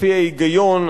לפי ההיגיון,